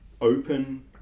open